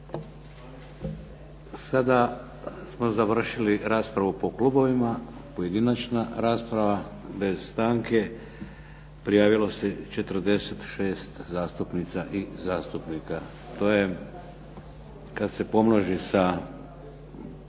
Sada smo završili raspravu po klubovima. Pojedinačna rasprava bez stanke. Prijavilo se 46 zastupnika i zastupnica. To je kada se pomnoži sa